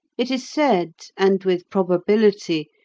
it is said, and with probability,